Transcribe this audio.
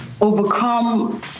overcome